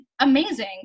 amazing